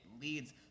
leads